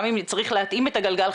גם אם צריך להתאים את הגלגל,